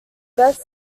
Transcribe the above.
best